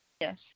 Yes